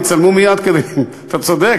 יצלמו מייד, אתה צודק.